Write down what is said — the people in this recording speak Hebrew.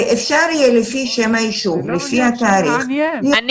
ואפשר יהיה לפי שם היישוב ולפי התאריך לבדוק.